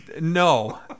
no